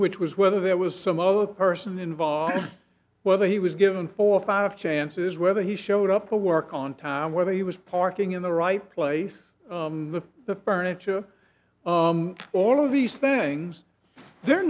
which was whether there was some other person involved whether he was given four or five chances whether he showed up for work on time whether he was parking in the right place the furniture all of these things they're